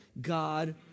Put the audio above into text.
God